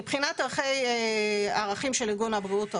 מבחינת ערכים של ארגון הבריאות העולמי,